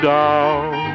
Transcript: down